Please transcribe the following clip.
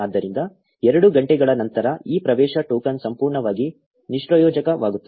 ಆದ್ದರಿಂದ 2 ಗಂಟೆಗಳ ನಂತರ ಈ ಪ್ರವೇಶ ಟೋಕನ್ ಸಂಪೂರ್ಣವಾಗಿ ನಿಷ್ಪ್ರಯೋಜಕವಾಗುತ್ತದೆ